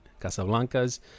casablanca's